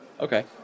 Okay